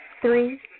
Three